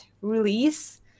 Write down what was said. release